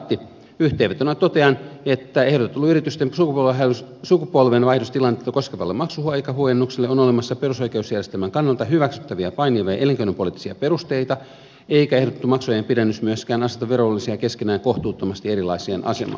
yhteenvetona totean että ehdotetulle yritysten sukupolvenvaihdostilannetta koskevalle maksuaikahuojennukselle on olemassa perusoikeusjärjestelmän kannalta hyväksyttäviä painavia elinkeinopoliittisia perusteita eikä ehdotettu maksuajan pidennys myöskään aseta verovelvollisia keskenään kohtuuttomasti erilaiseen asemaan